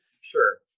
Sure